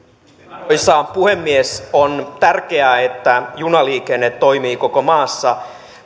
arvoisa puhemies on tärkeää että julkinen liikenne toimii koko maassa